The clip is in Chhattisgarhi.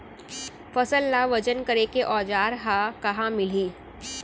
फसल ला वजन करे के औज़ार हा कहाँ मिलही?